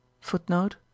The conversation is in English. Footnote